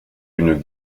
une